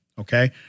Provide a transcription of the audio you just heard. Okay